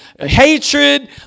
hatred